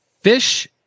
fish